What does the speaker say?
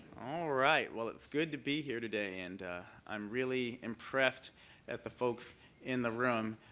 all right. well, it's good to be here today, and i'm really impressed at the folks in the room.